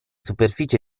superficie